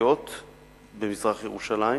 היקפיות במזרח-ירושלים.